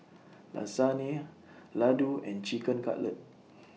Lasagne Ladoo and Chicken Cutlet